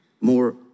more